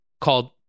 Called